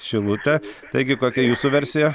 šilutė taigi kokia jūsų versija